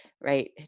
right